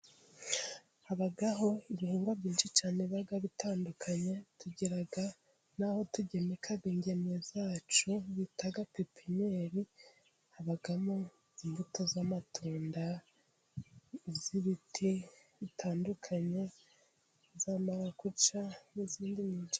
Habaho ibihingwa byinshi cyane biba bitandukanye, tugira n'aho tugemeka ingemwe zacu bita pipiniyeri, habamo imbuto z'amatunda, iz'ibiti zitandukanye za marakuja n'izindi nyinshi.